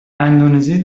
اندونزی